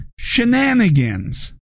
shenanigans